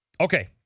Okay